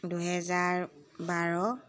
দুহেজাৰ বাৰ